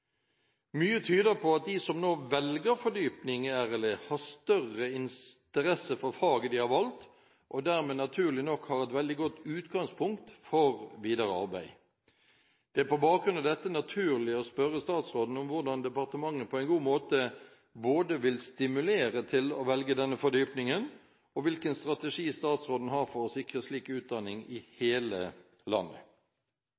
Mye tyder på at de som nå velger fordypning i RLE, har større interesse for faget de har valgt, og dermed naturlig nok har et veldig godt utgangspunkt for videre arbeid. Det er på bakgrunn av dette naturlig å spørre statsråden både hvordan departementet på en god måte vil stimulere til å velge denne fordypningen, og hvilken strategi statsråden har for å sikre slik utdanning i